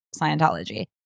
Scientology